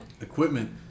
equipment